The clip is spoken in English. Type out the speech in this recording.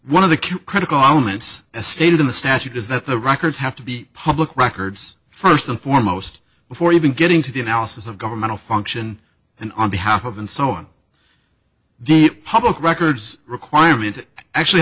one of the q critical elements as stated in the statute is that the records have to be public records first and foremost before even getting to the analysis of governmental function and on behalf of and so on the public records requirement actually